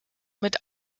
mit